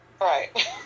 Right